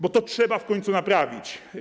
Bo to trzeba w końcu naprawić.